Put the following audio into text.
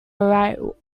right